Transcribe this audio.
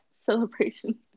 celebration